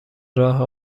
راه